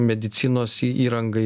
medicinos įrangai